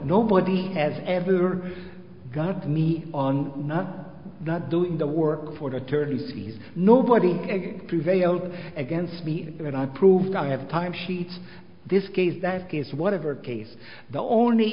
nobody has ever got me on not not doing the work for the attorney fees nobody prevailed against me and i proved i have time sheets this case that gets whatever case the only